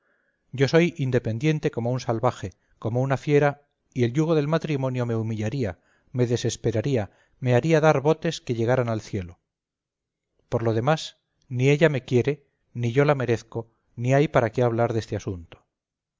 yo soy independiente como un salvaje como una fiera y el yugo del matrimonio me humillaría me desesperaría me haría dar botes que llegaran al cielo por lo demás ni ella me quiere ni yo la merezco ni hay para que hablar de este asunto